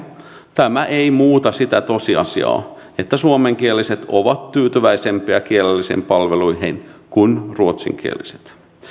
tämä ei muuta sitä tosiasiaa että suomenkieliset ovat tyytyväisempiä kielellisiin palveluihin kuin ruotsinkieliset